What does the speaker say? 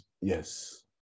yes